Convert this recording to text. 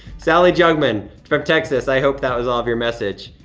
sally jungman from texas, i hope that was all of your message.